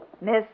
Miss